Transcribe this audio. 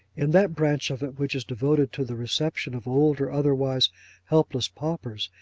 in that branch of it, which is devoted to the reception of old or otherwise helpless paupers,